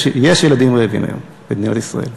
יש ילדים רעבים היום במדינת ישראל.